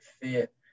fit